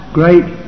great